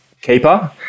keeper